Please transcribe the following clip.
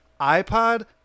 iPod